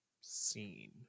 scene